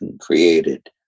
created